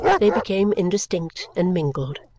they became indistinct and mingled.